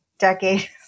decade